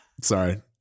Sorry